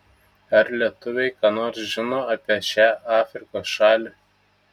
ar lietuviai ką nors žino apie šią afrikos šalį